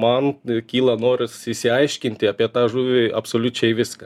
man kyla noras išsiaiškinti apie tą žuvį absoliučiai viską